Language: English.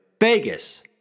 Vegas